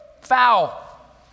Foul